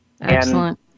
Excellent